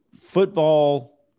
football